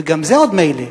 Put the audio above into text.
וגם זה עוד מילא,